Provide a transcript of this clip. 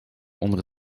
onder